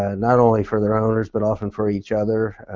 ah not only for their owners but often for each other.